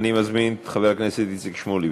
אני מזמין את חבר הכנסת איציק שמולי.